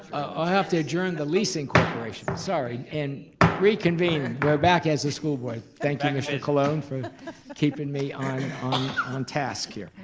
i have to adjourn the leasing corporation, sorry. and reconvene, we're back as a school board. thank you, mr. colon for keeping me on on task here.